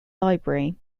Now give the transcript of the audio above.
library